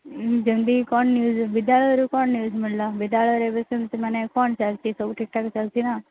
ଯେମିତି କି କ'ଣ ନ୍ୟୁଜ୍ ବିଦ୍ୟାଳୟରୁ କ'ଣ ନ୍ୟୁଜ୍ ମିଳିଲା ବିଦ୍ୟାଳୟରେ ଏବେ ସେମିତି ମାନେ କ'ଣ ଚାଲିଛି ସବୁ ଠିକ୍ ଠାକ୍ ଚାଲିଛି ନା